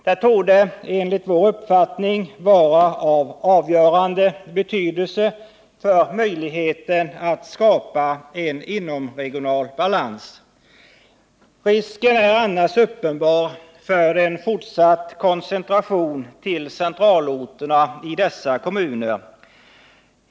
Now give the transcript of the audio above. Detta torde enligt vår uppfattning vara av avgörande betydelse för möjligheterna att skapa en inomregional balans. Risken är annars uppenbar för en fortsatt koncentration till centralorterna i dessa kommuner.